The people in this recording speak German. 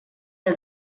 der